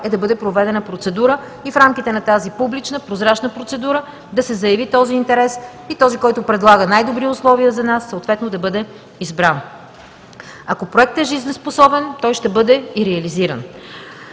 е да бъде проведена процедура и в рамките на тази публична, прозрачна процедура да се заяви интерес и този, който предлага най-добри условия за нас, съответно да бъде избран. Ако проектът е жизнеспособен, той ще бъде и реализиран.